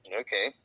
Okay